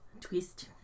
Twist